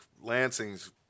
Lansing's